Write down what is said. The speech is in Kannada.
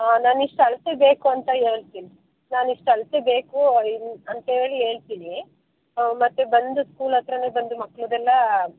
ನಾನು ಇಷ್ಟು ಅಳತೆ ಬೇಕು ಅಂತ ಹೇಳ್ತಿನಿ ನಾನು ಇಷ್ಟು ಅಳತೆ ಬೇಕು ಅಂತ ಹೇಳಿ ಹೇಳ್ತಿನಿ ಹಾಂ ಮತ್ತು ಬಂದು ಸ್ಕೂಲ್ ಹತ್ತಿರನೆ ಬಂದು ಮಕ್ಳದ್ದೆಲ್ಲ